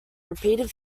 repeated